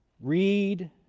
read